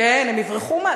כן, הם יברחו.